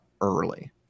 early